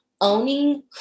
owning